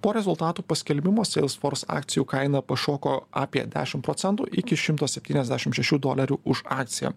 po rezultatų paskelbimo seilsfors akcijų kaina pašoko apie dešim procentų iki šimto septyniasdešim šešių dolerių už akciją